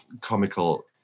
comical